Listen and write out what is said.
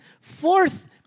fourth